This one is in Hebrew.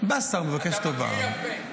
בא שר, מבקש טובה --- אתה מקריא יפה.